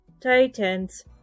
Titans